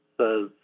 says